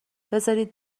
بذارین